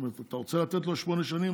אתה רוצה לתת לו שמונה שנים?